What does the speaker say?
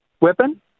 weapon